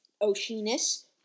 Oceanus